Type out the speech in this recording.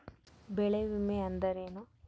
ಬೆಳೆ ವಿಮೆ ಅಂದರೇನು?